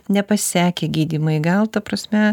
nepasisekę gydymai gal ta prasme